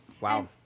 Wow